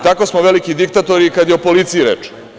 Tako smo veliki diktatori i kada je o policiji reč.